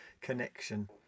connection